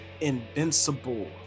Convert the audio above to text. invincible